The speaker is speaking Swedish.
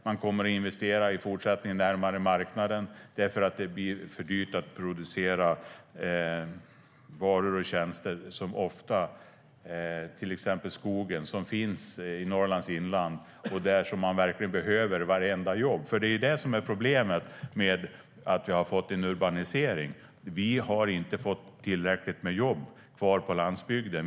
Man kommer i fortsättningen att investera närmare marknaden därför att det blir för dyrt att producera varor och tjänster till exempel i skogen i Norrlands inland, där man verkligen behöver vartenda jobb. Det är det som är problemet med att vi har fått en urbanisering. Vi har inte tillräckligt med jobb kvar på landsbygden.